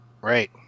Right